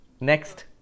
Next